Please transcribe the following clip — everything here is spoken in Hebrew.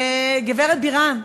גברת בירן,